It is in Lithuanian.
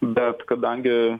bet kadangi